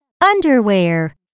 Underwear